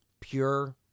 pure